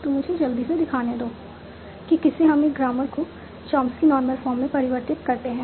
तो मुझे जल्दी से दिखाने दो कि कैसे हम एक ग्रामर को चॉम्स्की नॉर्मल फॉर्म में परिवर्तित करते हैं